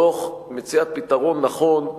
תוך מציאת פתרון נכון,